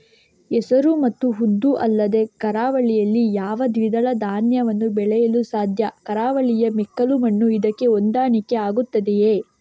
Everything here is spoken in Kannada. ಹೆಸರು ಮತ್ತು ಉದ್ದು ಅಲ್ಲದೆ ಕರಾವಳಿಯಲ್ಲಿ ಯಾವ ದ್ವಿದಳ ಧಾನ್ಯವನ್ನು ಬೆಳೆಯಲು ಸಾಧ್ಯ? ಕರಾವಳಿಯ ಮೆಕ್ಕಲು ಮಣ್ಣು ಇದಕ್ಕೆ ಹೊಂದಾಣಿಕೆ ಆಗುತ್ತದೆಯೇ?